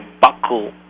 buckle